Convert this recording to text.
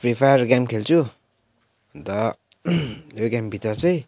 free fire game खेल्छु अन्त यो गेम भित्र चाहिँ